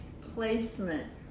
placement